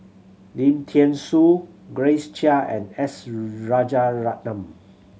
Lim Thean Soo Grace Chia and S Rajaratnam